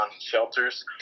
shelters